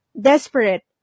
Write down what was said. desperate